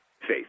faith